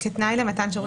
זה כתנאי למתן שירות.